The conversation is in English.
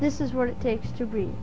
this is what it takes to rea